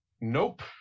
Nope